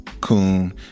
coon